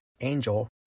Angel